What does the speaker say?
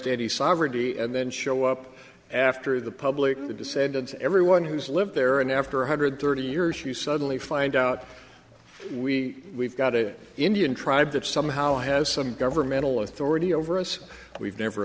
any sovereignty and then show up after the public the descendants everyone who's lived there and after one hundred thirty years you suddenly find out we got it indian tribe that somehow has some governmental authority over us we've never